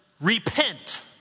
Repent